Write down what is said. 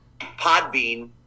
Podbean